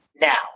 now